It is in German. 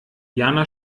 jana